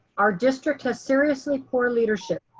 our district has seriously poor leadership.